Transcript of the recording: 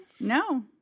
no